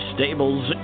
Stables